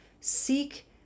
seek